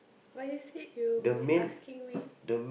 but you said you'll be asking me